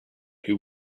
who